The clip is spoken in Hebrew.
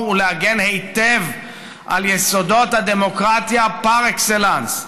ולהגן היטב על יסודות הדמוקרטיה פר אקסלנס.